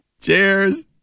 Cheers